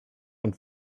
und